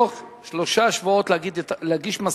בתוך שלושה שבועות להגיש מסקנות,